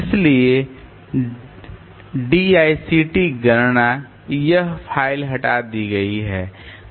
इसलिए dict गणना यह फ़ाइल हटा दी गई है